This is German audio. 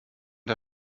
der